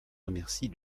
remercie